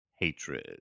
hatred